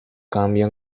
cambio